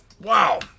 Wow